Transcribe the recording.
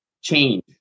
change